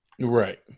Right